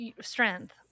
strength